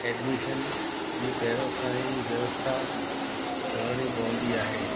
admission जी पहिरियों सां ई व्यवस्था करणी पवंदी आहे